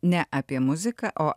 ne apie muziką o